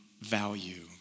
value